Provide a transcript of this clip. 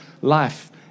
life